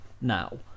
now